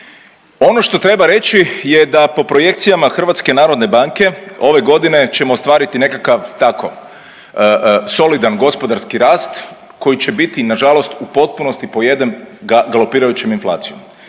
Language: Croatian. Ono što treba reći je da po projekcijama HNB-a ove godine ćemo ostvariti nekakav tako solidan gospodarski rast koji će biti nažalost u potpunosti pojeden galopirajućom inflacijom.